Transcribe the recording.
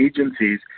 agencies